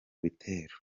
bitero